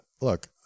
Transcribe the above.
look